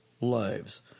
lives